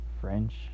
French